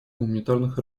гуманитарных